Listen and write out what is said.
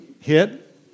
hit